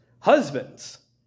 Husbands